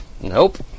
Nope